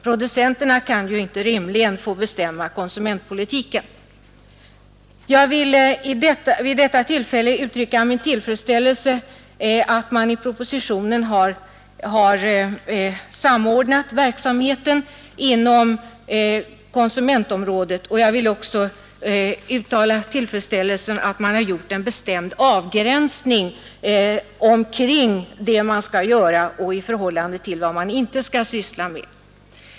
Producenterna kan ju inte rimligen få bestämma konsumentpolitiken. Jag vill vid detta tillfälle uttrycka min tillfredsställelse med att man i propositionen har samordnat verksamheten inom konsumentområdet, och jag vill uttala min glädje över att man har gjort en bestämd avgränsning av det som man skall göra i förhållande till vad man inte skall syssla med.